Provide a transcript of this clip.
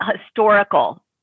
historical